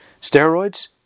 steroids